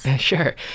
Sure